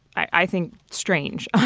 i think, strange.